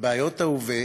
ובעיות ההווה,